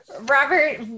Robert